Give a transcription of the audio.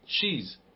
cheese